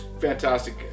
fantastic